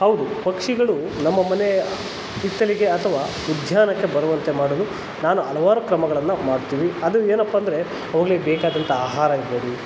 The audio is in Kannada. ಹೌದು ಪಕ್ಷಿಗಳು ನಮ್ಮ ಮನೆಯ ಹಿತ್ತಲಿಗೆ ಅಥವಾ ಉದ್ಯಾನಕ್ಕೆ ಬರುವಂತೆ ಮಾಡಲು ನಾನು ಹಲವಾರು ಕ್ರಮಗಳನ್ನು ಮಾಡ್ತೀನಿ ಅದು ಏನಪ್ಪಾಂದರೆ ಅವ್ಗಳಿಗೆ ಬೇಕಾದಂಥ ಆಹಾರ ಇರ್ಬೋದು